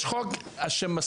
יש חוק שמסמיך